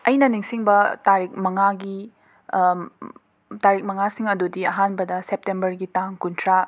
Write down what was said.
ꯑꯩꯅ ꯅꯤꯡꯁꯤꯡꯕ ꯇꯥꯔꯤꯛ ꯃꯉꯥꯒꯤ ꯇꯥꯔꯤꯛ ꯃꯉꯥꯁꯤꯡ ꯑꯗꯨꯗꯤ ꯑꯍꯥꯟꯕꯗ ꯁꯦꯞꯇꯦꯝꯕꯔꯒꯤ ꯇꯥꯡ ꯀꯨꯟꯊ꯭ꯔꯥ